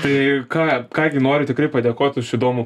tai ką ką gi noriu tikrai padėkot už įdomų